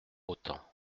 autant